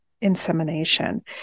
insemination